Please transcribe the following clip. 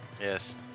yes